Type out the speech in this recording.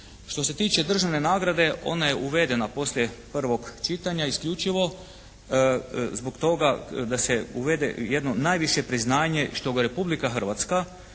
Što se tiče državne nagrade, ona je uvedena poslije prvog čitanja isključivo zbog toga da se uvede jedno najviše priznanje što ga Republika Hrvatska